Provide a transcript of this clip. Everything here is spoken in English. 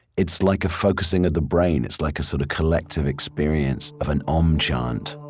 it's like a focusing of the brain. it's like a sort of collective experience of an om chant,